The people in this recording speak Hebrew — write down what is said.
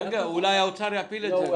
אולי האוצר יפיל את זה.